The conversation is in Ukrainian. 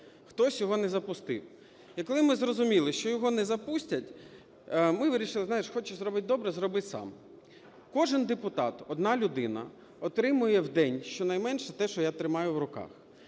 хтось його не запустив. І коли ми зрозуміли, що його не запустять, ми вирішили, знаєш, хочеш зробити добре – зроби сам. Кожен депутат, одна людина, отримує в день щонайменше те, що я тримаю в руках.